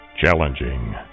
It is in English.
Challenging